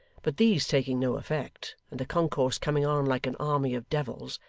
but these taking no effect, and the concourse coming on like an army of devils,